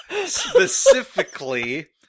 specifically